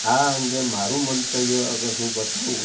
આ અંગે મારું મંતવ્ય અગર હું બતાવું